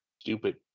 stupid